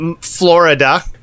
florida